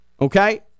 Okay